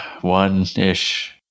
One-ish